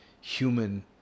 human